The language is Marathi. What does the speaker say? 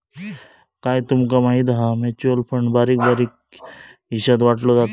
काय तूमका माहिती हा? म्युचल फंड बारीक बारीक हिशात वाटलो जाता